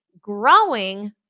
growing